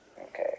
Okay